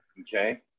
okay